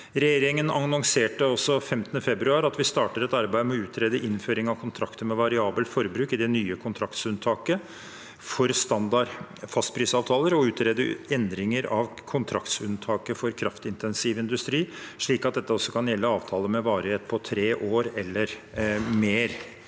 Regjeringen annonserte 15. februar at vi starter et arbeid med å utrede innføring av kontrakter med variabelt forbruk i det nye kontraktsunntaket for standard fastprisavtaler og utrede endringer av kontraktsunntaket for kraftintensiv industri, slik at dette også kan gjelde avtaler med varighet på tre år eller mer.